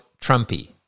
Trumpy